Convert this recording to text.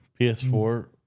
PS4